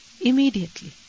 Immediately